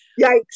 Yikes